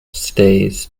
stays